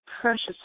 precious